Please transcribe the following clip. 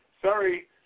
sorry